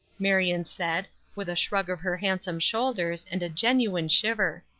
marion said, with a shrug of her handsome shoulders, and a genuine shiver.